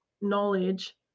knowledge